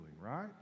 right